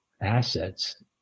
Assets